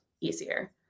easier